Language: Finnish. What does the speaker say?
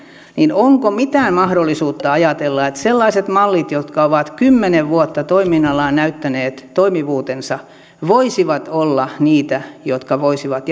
onko mitään mahdollisuutta ajatella että sellaiset mallit jotka ovat kymmenen vuotta toiminnallaan näyttäneet toimivuutensa voisivat olla niitä jotka voisivat